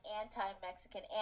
anti-Mexican